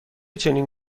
چنین